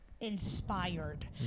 inspired